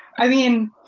i mean,